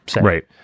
right